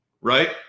right